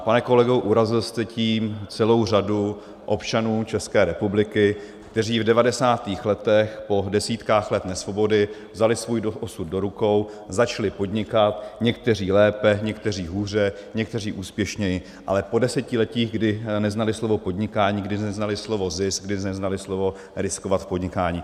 Pane kolego, urazil jste tím celou řadu občanů České republiky, kteří v 90. letech po desítkách let nesvobody vzali svůj osud do rukou, začali podnikat, někteří lépe, někteří hůře, někteří úspěšněji, ale po desetiletí, kdy neznali slovo podnikání, kdy neznali slovo zisk, kdy neznali slovo riskovat v podnikání.